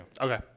Okay